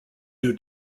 new